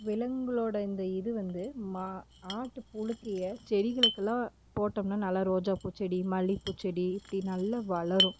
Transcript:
விலங்குளோட இந்த இது வந்து மா ஆட்டுப் புழுக்கையை செடிகளுக்கெல்லாம் போட்டோம்னா நல்ல ரோஜா பூச்செடி மல்லிப்பூ செடி இப்படி நல்லா வளரும்